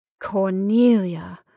Cornelia